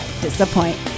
disappoint